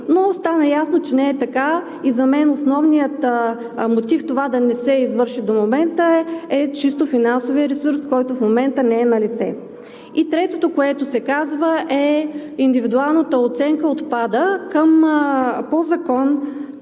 но стана ясно, че не е така. За мен основният мотив това да не се извърши до момента е чисто финансовият ресурс, който в момента не е налице. И третото, което се казва, е „индивидуалната оценка отпада“. Към чл.